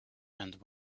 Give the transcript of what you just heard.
and